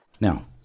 Now